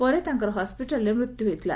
ପରେ ତାଙ୍କର ହସ୍ୱିଟାଲ୍ରେ ମୃତ୍ୟୁ ହୋଇଥିଲା